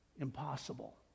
impossible